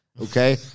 okay